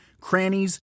crannies